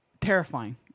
Terrifying